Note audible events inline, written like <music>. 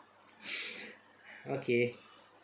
<laughs> okay